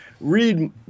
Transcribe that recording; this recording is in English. read